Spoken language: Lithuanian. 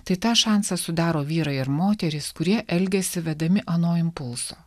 tai tą šansą sudaro vyrai ir moterys kurie elgiasi vedami ano impulso